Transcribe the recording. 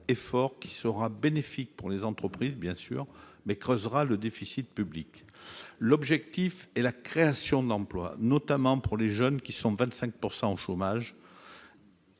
sera bénéfique pour les entreprises, mais creusera le déficit public. L'objectif est la création d'emplois, notamment pour les jeunes, dont le taux de chômage